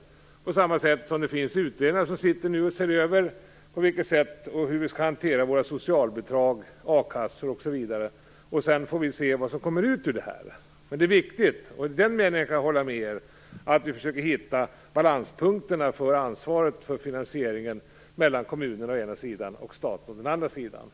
Dessutom finns det utredningar som nu ser över på vilket sätt vi skall hantera våra socialbidrag, a-kassor osv., och vi får sedan se vad som kommer ut av det. Men det är viktigt - i den meningen kan jag hålla med er - att vi försöker hitta balanspunkterna för ansvaret för finansieringen mellan kommunerna å ena sidan och staten å andra sidan.